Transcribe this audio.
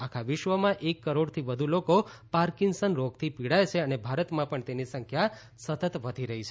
આખા વિશ્વમાં એક કરોડથી વધુ લોકો પાર્કિન્સન રોગથી પીડાય છે અને ભારતમાં પણ તેની સંખ્યા સતત વધી રહી છે